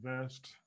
vest